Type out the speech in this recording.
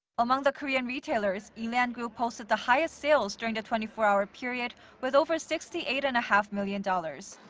among the korean retailers, e-land group posted the highest sales during the twenty four hour period, with over sixty eight and a half million dollars.